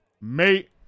Mate